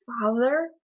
father